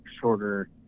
shorter